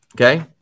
Okay